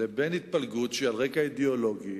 לבין התפלגות שהיא על רקע אידיאולוגי,